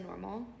normal